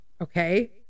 okay